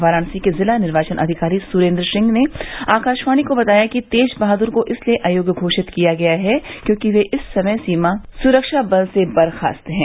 वाराणसी के जिला निर्वाचन अधिकारी सुरेन्द्र सिंह ने आकाशवाणी को बताया कि तेज बहादुर को इसलिए अयोग्य घोषित किया गया है क्योंकि वे इस समय सीमा सुरक्षा बल से बर्खास्त हैं